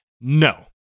no